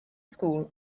school